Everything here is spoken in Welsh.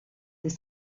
dydd